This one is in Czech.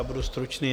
Budu stručný.